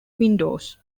windows